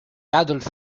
adolf